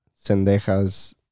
Sendejas